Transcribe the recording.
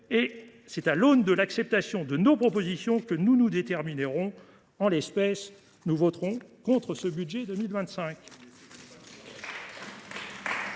et c’est à l’aune de l’acceptation de nos propositions que nous nous déterminerons. En l’état, nous voterons contre ce projet de